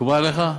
מקובל עליך?